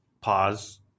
pause